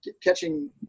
catching